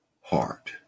heart